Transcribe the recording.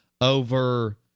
over